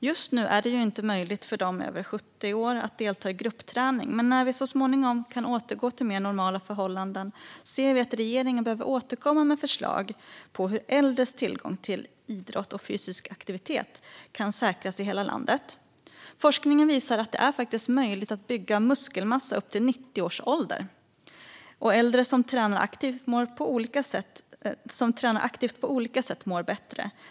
Just nu är det inte möjligt för dem över 70 år att delta i gruppträning. Men när vi så småningom kan återgå till mer normala förhållanden ser vi att regeringen behöver återkomma med förslag på hur äldres tillgång till idrott och fysisk aktivitet kan säkras i hela landet. Forskningen visar att det är möjligt att bygga muskelmassa upp till 90 års ålder. Äldre som tränar aktivt på olika sätt mår bättre.